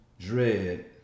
dread